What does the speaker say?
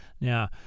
Now